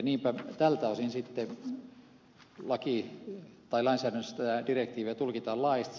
niinpä tältä osin sitten lainsäädännössä tätä direktiiviä tulkitaan laajasti